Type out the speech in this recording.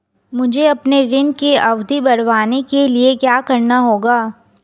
मुझे अपने ऋण की अवधि बढ़वाने के लिए क्या करना होगा?